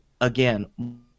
again